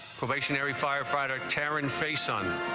stationary firefighter terror in face on